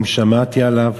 אם שמעתי עליו.